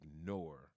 ignore